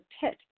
pit